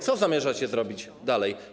Co zamierzacie zrobić dalej?